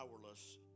powerless